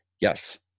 Yes